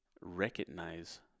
recognize